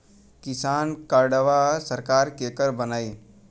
किसान कार्डवा सरकार केकर बनाई?